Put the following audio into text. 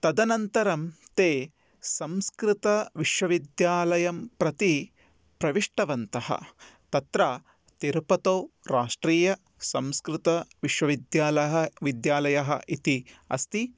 तदनन्तरं ते संस्कृतविश्वविद्यालयं प्रति प्रविष्टवन्तः तत्र तिरुपतौ राष्ट्रीयसंस्कृतविश्वविद्यालह विद्यालयः इति अस्ति